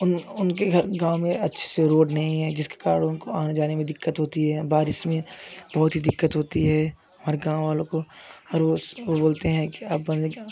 उनके घर गाँव में अच्छे से रोड नहीं है जिसके कारण उनको आने जाने में दिक्कत होती है बारिश में बहुत ही दिक्कत होती है और गाँव वालों को हर रोज वो बोलते हैं कि अपन